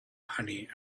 honey